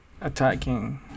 attacking